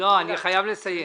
אני חייב לסיים.